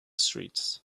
streets